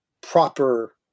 proper